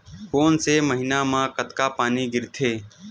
कोन से महीना म कतका पानी गिरथे?